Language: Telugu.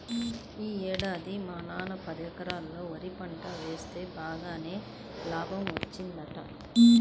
యీ ఏడాది మా నాన్న పదెకరాల్లో వరి పంట వేస్తె బాగానే లాభం వచ్చిందంట